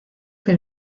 que